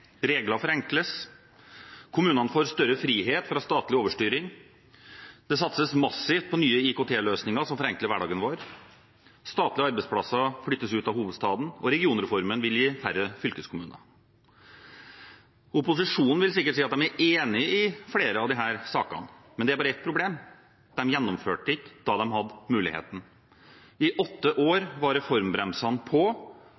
regler forenkles, kommunene får større frihet fra statlig overstyring, det satses massivt på nye IKT-løsninger som forenkler hverdagen vår, statlige arbeidsplasser flyttes ut av hovedstaden og regionreformen vil gi færre fylkeskommuner. Opposisjonen vil sikkert si at de er enig i flere av disse sakene, men det er bare ett problem: De gjennomførte ikke da de hadde muligheten. I åtte år var reformbremsene på,